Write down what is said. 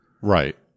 Right